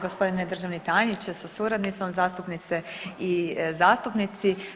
Gospodine državni tajniče sa suradnicom, zastupnice i zastupnici.